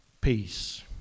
peace